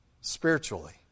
spiritually